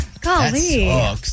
Golly